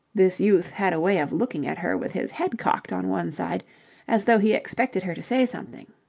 this youth had a way of looking at her with his head cocked on one side as though he expected her to say something.